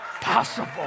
possible